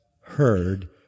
heard